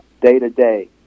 day-to-day